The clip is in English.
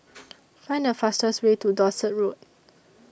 Find The fastest Way to Dorset Road